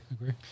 agree